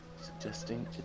suggesting